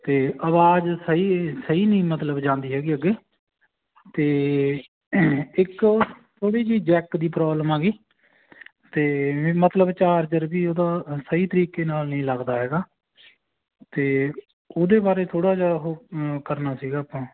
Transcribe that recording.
ਅਤੇ ਆਵਾਜ਼ ਸਹੀ ਜਿਹੀ ਸਹੀ ਨਹੀਂ ਮਤਲਬ ਜਾਂਦੀ ਹੈਗੀ ਅੱਗੇ ਅਤੇ ਇੱਕ ਉਹਦੇ 'ਚ ਜੈੱਕ ਦੀ ਪ੍ਰੋਬਲਮ ਆ ਗਈ ਅਤੇ ਮਤਲਬ ਚਾਰਜਰ ਵੀ ਉਹਦਾ ਸਹੀ ਤਰੀਕੇ ਨਾਲ ਨਹੀਂ ਲੱਗਦਾ ਹੈਗਾ ਤਾਂ ਉਹਦੇ ਬਾਰੇ ਥੋੜ੍ਹਾ ਜਿਹਾ ਉਹ ਕਰਨਾ ਸੀਗਾ ਆਪਾਂ